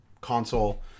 console